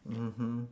mmhmm